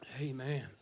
Amen